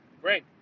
great